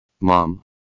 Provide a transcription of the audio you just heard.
Mom